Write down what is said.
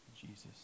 Jesus